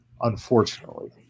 Unfortunately